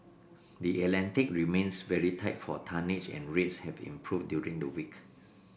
the Atlantic remains very tight for tonnage and rates have improved during the week